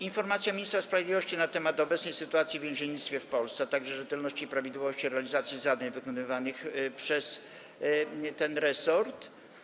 Informacja ministra sprawiedliwości na temat obecnej sytuacji w więziennictwie w Polsce, a także rzetelności i prawidłowości realizacji zadań wykonywanych przez ten resort,